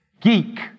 geek